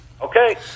Okay